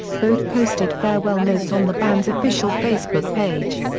both posted farewell notes on the band's official facebook page.